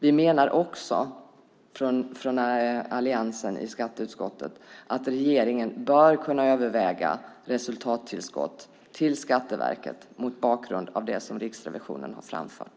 Vi från Alliansen i skatteutskottet menar också att regeringen bör kunna överväga resultattillskott till Skatteverket mot bakgrund av det Riksrevisionen har framfört.